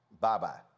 bye-bye